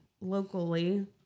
locally